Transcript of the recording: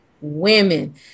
Women